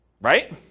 right